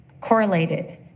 correlated